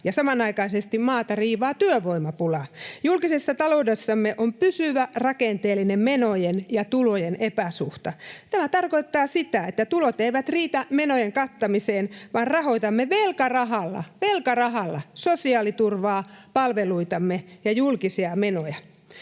samanaikaisesti maata riivaa työvoimapula. Julkisessa taloudessamme on pysyvä rakenteellinen menojen ja tulojen epäsuhta. Tämä tarkoittaa sitä, että tulot eivät riitä menojen kattamiseen, vaan rahoitamme velkarahalla — velkarahalla — sosiaaliturvaa, palveluitamme ja julkisia menoja.